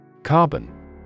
Carbon